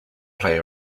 play